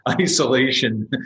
isolation